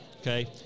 Okay